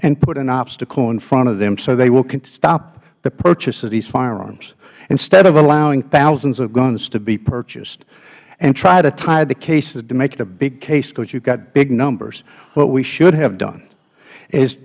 and put an obstacle in front of them so they will stop the purchase of these firearms instead of allowing thousands of guns to be purchased and try to tie the cases to make it a big case because you have got big numbers what we should have done is